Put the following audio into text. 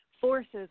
forces